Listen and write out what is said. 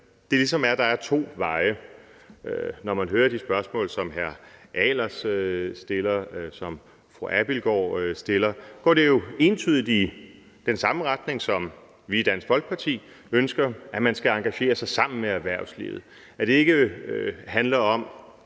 at der ligesom er to veje. Når man hører de spørgsmål, som hr. Tommy Ahlers stiller, og som fru Mette Abildgaard stiller, så går de jo entydigt i den samme retning, som vi i Dansk Folkeparti ønsker: At man skal engagere sig sammen med erhvervslivet, at det ikke handler om,